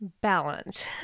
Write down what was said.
balance